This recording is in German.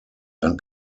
dann